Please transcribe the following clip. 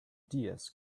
diaz